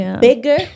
Bigger